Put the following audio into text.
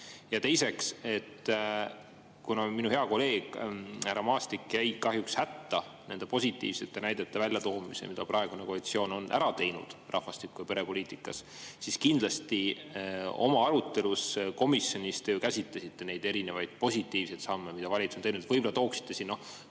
Ja teiseks, minu hea kolleeg härra Maastik jäi kahjuks hätta nende positiivsete näidete väljatoomisega, mida praegune koalitsioon on ära teinud rahvastiku- ja perepoliitikas, aga kindlasti oma arutelus komisjonis te käsitlesite neid positiivseid samme, mida valitsus on teinud. Võib-olla tooksite